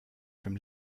from